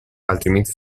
altrimenti